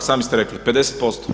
Sami ste rekli 50%